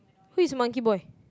who is Monkey Boy